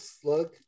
Slug